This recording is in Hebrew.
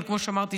אבל כמו שאמרתי,